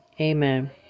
Amen